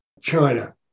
China